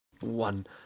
One